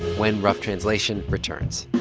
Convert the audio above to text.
when rough translation returns